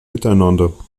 miteinander